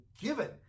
given